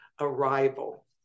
arrival